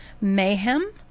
mayhem